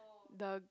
the